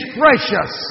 precious